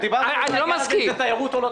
דיברנו האם זה תיירות או לא